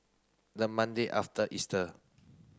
the Monday after Easter